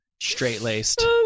straight-laced